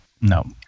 No